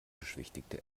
beschwichtigte